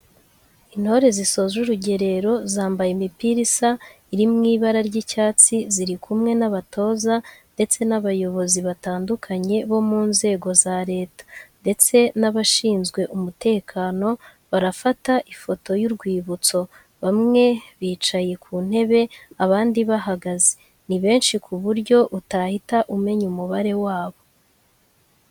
Intore zisoje urugerero zambaye imipira isa iri mu ibara ry'icyatsi ziri kumwe n'abatoza ndetse n'abayobozi batandukanye bo mu nzego za leta ndetse n'abashinzwe umutekano barafata ifoto y'urwibutso, bamwe bicaye ku ntebe abandi bahagaze, ni benshi ku buryo utahita umenya umubare wabo.